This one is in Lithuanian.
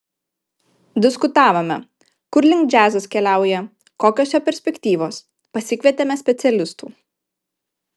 diskutavome kur link džiazas keliauja kokios jo perspektyvos pasikvietėme specialistų